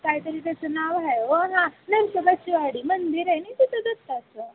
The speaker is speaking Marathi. काहीतरी त्याचं नाव आहे वो ना नरसोबाची वाडी मंदिर आहे नाही तिथं दत्ताचं